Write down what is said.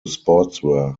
sportswear